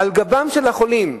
על גבם של החולים.